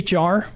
HR